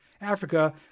Africa